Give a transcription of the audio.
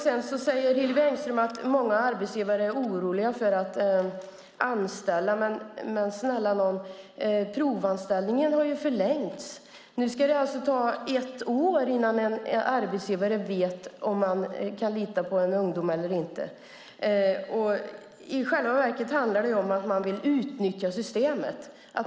Sedan säger Hillevi Engström att många arbetsgivare är oroliga för att anställa. Men snälla nån, provanställningen har ju förlängts! Nu ska det alltså ta ett år innan en arbetsgivare vet om han kan lita på en ungdom eller inte. I själva verket handlar det om att man vill utnyttja systemet.